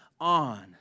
on